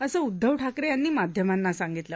असं उद्दव ठाकरे यांना माध्यमांना सांगितलं